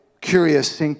curious